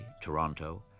Toronto